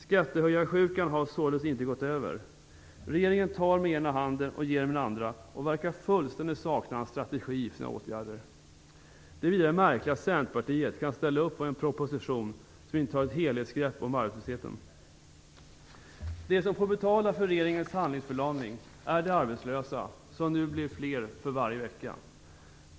Skattehöjarsjukan har således inte gått över. Regeringen tar med den ena handen och ger med den andra och verkar fullständigt sakna en strategi för sina åtgärder. Det är vidare märkligt att Centerpartiet kan ställa upp på en proposition som inte tar ett helhetsgrepp om arbetslösheten. De som får betala för regeringens handlingsförlamning är de arbetslösa som nu blir fler för varje vecka.